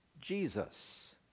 Jesus